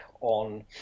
on